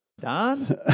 Don